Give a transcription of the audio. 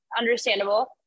understandable